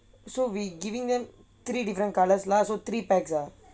so we giving them three different colours lah so three bags ah